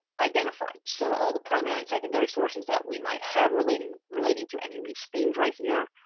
identified, so all the primary and secondary sources that we might have relating relating to any of these things right here.